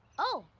oh,